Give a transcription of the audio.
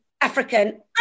African